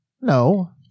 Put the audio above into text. No